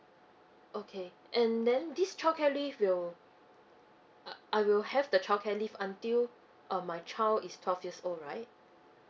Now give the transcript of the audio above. okay and then this childcare leave will uh I will have the childcare leave until um my child is twelve years old right